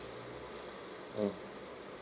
mm